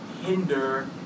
hinder